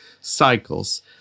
cycles